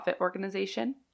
organization